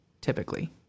typically